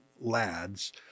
lads